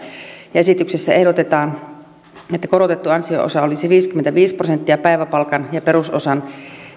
esityksessä ehdotetaan että korotettu ansio osa olisi viisikymmentäviisi prosenttia päiväpalkan ja perusosan